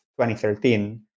2013